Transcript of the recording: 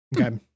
Okay